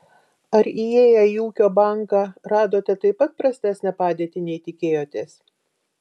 ar įėję į ūkio banką radote taip pat prastesnę padėtį nei tikėjotės